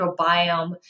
microbiome